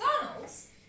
McDonald's